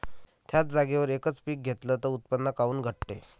थ्याच जागेवर यकच पीक घेतलं त उत्पन्न काऊन घटते?